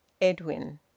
Edwin